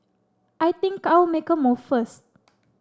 I think I'll make a move first